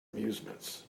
amusements